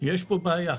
יש פה בעיה.